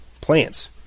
plants